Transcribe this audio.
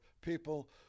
people